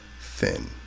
thin